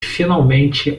finalmente